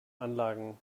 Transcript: anlagen